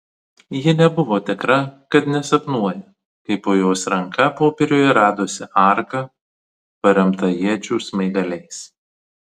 ji nebuvo tikra kad nesapnuoja kai po jos ranka popieriuje radosi arka paremta iečių smaigaliais